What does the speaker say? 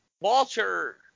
Walter